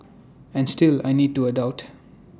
and still I need to adult